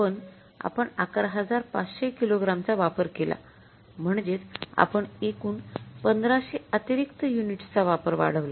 पण आपण ११५०० किलोग्रामचा वापर केला म्हणजेच आपण एकूण १५०० अतिरिक्त युनिट्सचा वापर वाढवला